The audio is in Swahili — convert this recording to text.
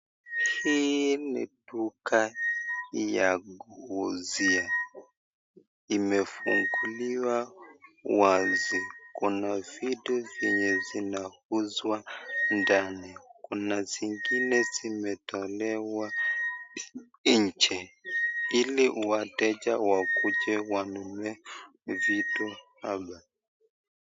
Hii ni duka ya kuuzia, imefunguliwa wazi kuna vitu zenye zinauzwa ndani kuna zingine zenye zimetolewa nje ili wateja wakuje wanunue vitu hapa.